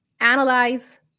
analyze